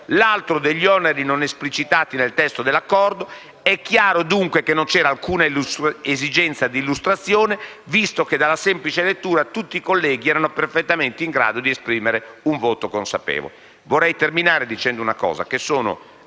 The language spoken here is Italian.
l'altro degli oneri non esplicitati nel testo dell'accordo. È chiaro che non c'era alcuna esigenza di illustrazione, visto che dalla semplice lettura tutti i colleghi erano perfettamente in grado di esprimere un voto consapevole.